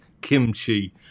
Kimchi